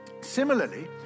Similarly